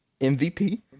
MVP